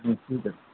ও ঠিক আছে